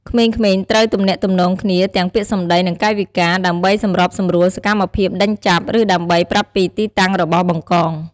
ក្មេងៗត្រូវទំនាក់ទំនងគ្នា ទាំងពាក្យសម្ដី និងកាយវិការ ដើម្បីសម្របសម្រួលសកម្មភាពដេញចាប់ ឬដើម្បីប្រាប់ពីទីតាំងរបស់ បង្កង។